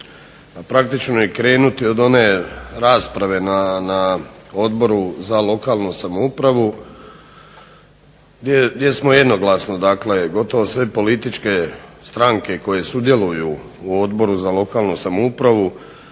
praktično i krenuti od one rasprave na Odboru za lokalnu samoupravu gdje smo jednoglasno dakle gotovo sve političke stranke koje sudjeluju u Odboru za lokalnu samoupravu